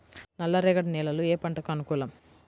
నల్ల రేగడి నేలలు ఏ పంటకు అనుకూలం?